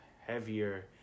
heavier